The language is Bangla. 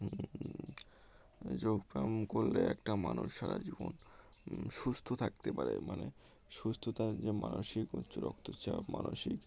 যোগব্যায়াম করলে একটা মানুষ সারা জীবন সুস্থ থাকতে পারে মানে সুস্থতার যে মানসিক উচ্চ রক্তচাপ মানসিক